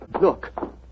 Look